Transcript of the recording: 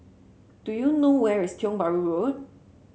do you know where is Tiong Bahru Road